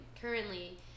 currently